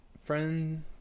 friend